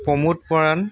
Pramod Moran